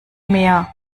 mehr